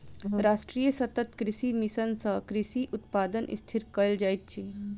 राष्ट्रीय सतत कृषि मिशन सँ कृषि उत्पादन स्थिर कयल जाइत अछि